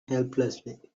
helplessly